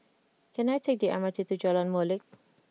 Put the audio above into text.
can I take the M R T to Jalan Molek